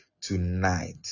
tonight